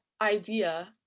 idea